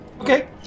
okay